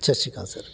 ਸਤਿ ਸ਼੍ਰੀ ਅਕਾਲ ਸਰ